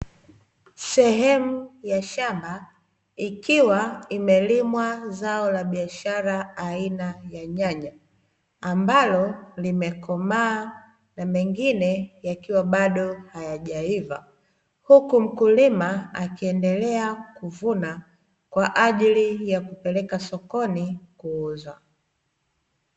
Sehemu ya shamba ikiwa imelimwa zao la biashara aina ya nyanya, ambalo limekomaa na mengine yakiwa bado hayajaivaa, huku mkulima akiendelea kuvuna kwa ajili ya kupeleka sokoni kuuzwa.